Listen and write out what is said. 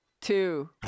two